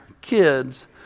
kids